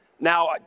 Now